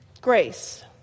grace